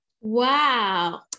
Wow